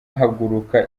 haguruka